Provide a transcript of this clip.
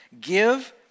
Give